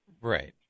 right